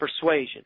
persuasion